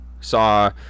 Saw